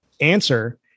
answer